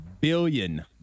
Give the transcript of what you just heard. billion